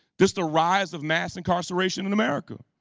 just the rise of mass incarceration in america.